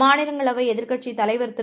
மாநிலங்களவைஎதிர்க்கட்சித்தலைவர்திரு